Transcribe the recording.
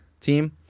team